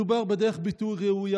מדובר בדרך ביטוי ראויה,